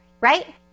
right